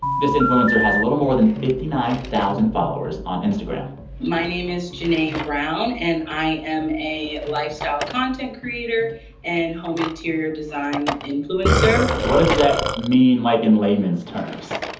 this influencer has a little more than fifty nine thousand followers on instagram my name is janea brown, and i am a lifestyle content creator and home interior design influencer what does that mean, like, in layman's terms?